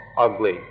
ugly